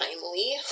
timely